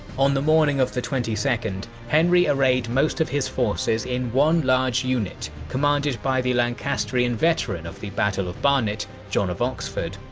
the morning of the twenty second, henry arrayed most of his forces in one large unit commanded by the lancastrian veteran of the battle of barnet, john of oxford,